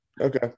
Okay